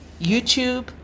YouTube